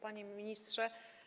Panie Ministrze!